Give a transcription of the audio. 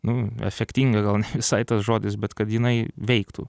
nu efektinga gal ne visai tas žodis bet kad jinai veiktų